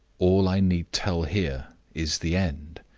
all i need tell here is the end.